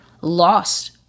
lost